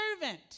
servant